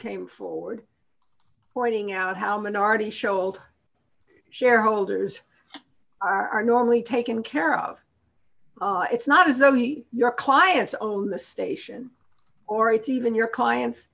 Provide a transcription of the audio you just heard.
came forward pointing out how minority showalter shareholders are normally taken care of it's not as though he your clients own the station or it's even your clients